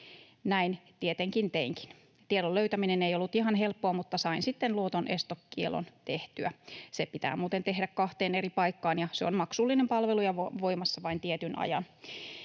Näin tietenkin teinkin. Tiedon löytäminen ei ollut ihan helppoa, mutta sain sitten luotonestokiellon tehtyä. Se pitää muuten tehdä kahteen eri paikkaan, ja se on maksullinen palvelu ja voimassa vain tietyn ajan.